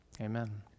Amen